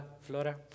Flora